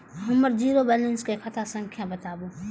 हमर zero balance के खाता संख्या बतबु?